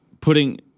putting